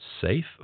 safe